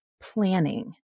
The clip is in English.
planning